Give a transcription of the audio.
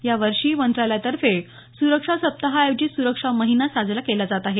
यावर्षी मंत्रालयातर्फे सुरक्षा सप्ताहाऐवजी सुरक्षा महिना साजरा केला जात आहे